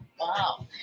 Wow